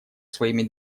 своими